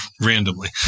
randomly